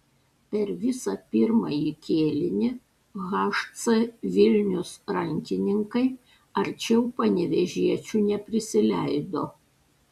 per visą pirmąjį kėlinį hc vilnius rankininkai arčiau panevėžiečių neprisileido